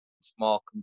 small